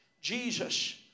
Jesus